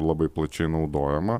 labai plačiai naudojama